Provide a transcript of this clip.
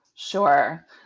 Sure